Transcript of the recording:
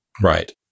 right